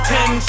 Ten